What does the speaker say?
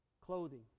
Clothing